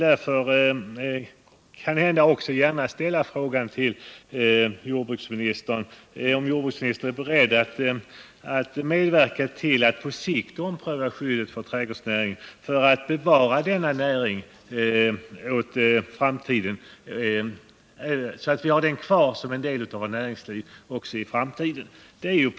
Därför vill jag fråga om jordbruksministern är beredd att medverka till att man på sikt omprövar stödet för trädgårdsnäringen, så att vi kan behålla den som en del av vårt näringsliv också i framtiden.